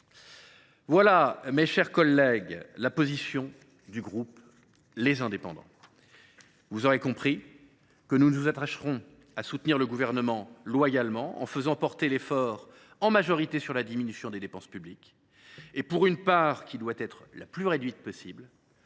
est, mes chers collègues, la position du groupe Les Indépendants. Vous l’aurez compris, nous nous attacherons à soutenir loyalement le Gouvernement, en faisant porter l’effort majoritairement sur la diminution des dépenses publiques et, pour une part qui doit être la plus réduite possible,